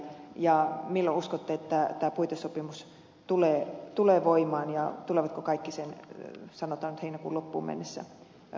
ja milloin uskotte että tämä puitesopimus tulee voimaan ja tulevatko kaikki sen sanotaan nyt heinäkuun loppuun mennessä hyväksymään